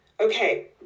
Okay